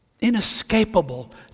inescapable